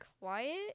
quiet